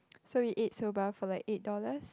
so we ate soba for like eight dollars